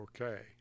Okay